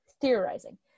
theorizing